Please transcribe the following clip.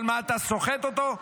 אבל מה, אתה סוחט אותו?